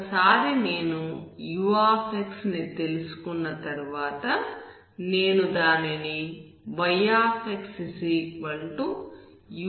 ఒకసారి నేను u ని తెలుసుకున్న తర్వాత నేను దానిని yxux